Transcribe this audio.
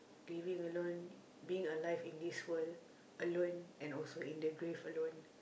living alone being alive in this world alone and also in the grave alone